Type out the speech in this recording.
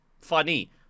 Funny